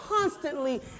constantly